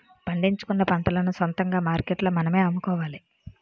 పండించుకున్న పంటలను సొంతంగా మార్కెట్లో మనమే అమ్ముకోవాలి